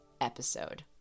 episode